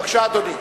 בבקשה, אדוני.